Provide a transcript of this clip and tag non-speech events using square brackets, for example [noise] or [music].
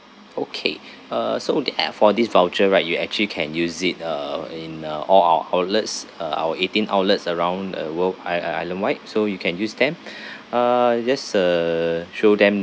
okay uh so the eh for this voucher right you actually can use it uh in uh all our outlets uh our eighteen outlets around the world i~ i~ islandwide so you can use them [breath] uh just uh show them